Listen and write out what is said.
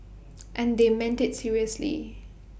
and they meant IT seriously